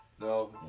No